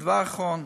הדבר האחרון,